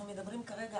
אנחנו מדברים כרגע